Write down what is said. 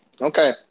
Okay